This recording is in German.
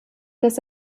dass